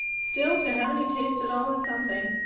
still, to have any taste at all is something.